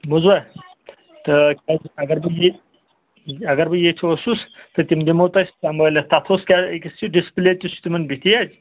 بوٗزوا تہٕ اَگر بہٕ ییٚتہِ اَگر بہٕ ییٚتۍ اوسُس تہٕ تِم دِمو تۄہہِ سَمبٲلِتھ تَتھ اوس کیٛازِ یُس یہِ ڈِسپٕلے تہِ چھُ تِمن بِہِتھ تی حظ